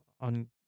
on